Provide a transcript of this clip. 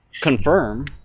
confirm